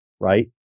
right